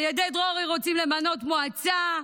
על ידי דרורי רוצים למנות מועצה,